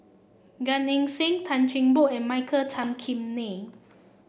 Gan Eng Seng Tan Cheng Bock and Michael Tan Kim Nei